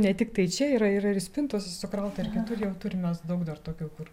ne tiktai čia yra yra ir ir spintose sukrauta ir kitur jau turim mes daug dar tokių kur